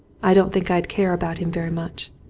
i don't think i'd care about him very much.